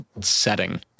setting